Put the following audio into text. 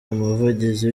umuvugizi